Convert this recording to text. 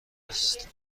است